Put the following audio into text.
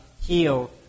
heal